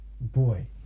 boy